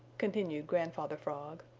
continued grandfather frog.